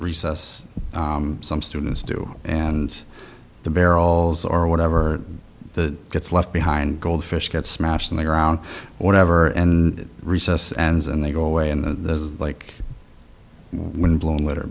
recess some students do and the barrels or whatever the gets left behind goldfish gets smashed on the ground or whatever and recess ends and they go away and the like when blown litter